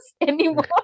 anymore